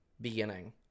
beginning